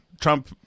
Trump